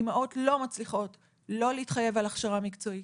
אימהות לא מצליחות לא להתחייב על הכשרה מקצועית,